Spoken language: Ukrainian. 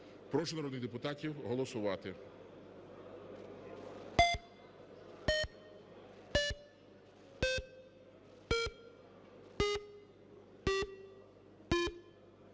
Прошу народних депутатів голосувати.